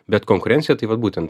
bet konkurencija tai vat būtent